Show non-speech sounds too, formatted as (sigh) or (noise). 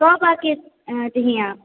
(unintelligible)